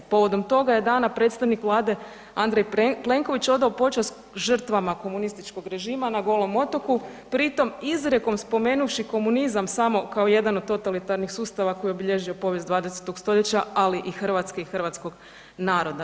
Povodom toga je dana predstavnik Vlade Andrej Plenković odao počast žrtvama komunističkog režima na Golom otoku pritom izrijekom spomenuvši komunizam samo kao jedan od totalitarnih sustava koji je obilježio povijest 20.-tog stoljeća, ali i Hrvatske i hrvatskog naroda.